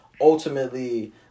ultimately